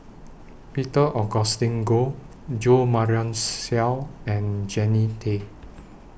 Peter Augustine Goh Jo Marion Seow and Jannie Tay